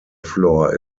floor